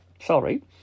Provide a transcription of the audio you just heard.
Sorry